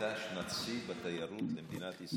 הייתה שנת שיא בתיירות במדינת ישראל.